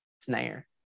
snare